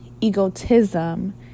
egotism